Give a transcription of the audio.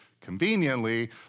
conveniently